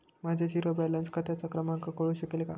माझ्या zero balance खात्याचा क्रमांक कळू शकेल का?